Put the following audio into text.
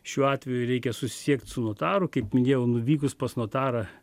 šiuo atveju reikia susisiekt su notaru kaip minėjau nuvykus pas notarą